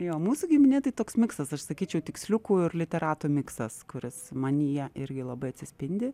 jo mūsų giminė tai toks miksas aš sakyčiau tiksliukų ir literatų miksas kuris manyje irgi labai atsispindi